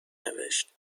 نوشت